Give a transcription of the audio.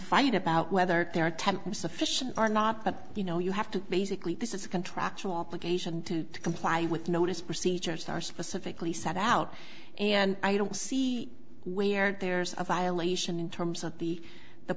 fight about whether they're temp sufficient or not but you know you have to basically this is a contractual obligation to comply with notice procedures are specifically set out and i don't see where there's a violation in terms of the the